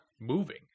moving